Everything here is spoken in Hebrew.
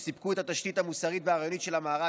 שסיפקו את התשתית המוסרית והרעיונית של המערב,